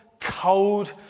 cold